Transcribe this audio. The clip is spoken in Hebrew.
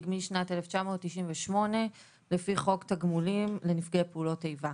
משנת 1998 לפי חוק תגמולים לנפגעי פעולות איבה.